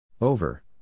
Over